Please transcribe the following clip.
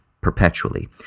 perpetually